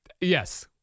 Yes